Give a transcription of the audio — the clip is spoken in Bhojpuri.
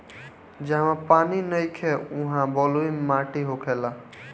जहवा पानी नइखे उहा बलुई माटी होखेला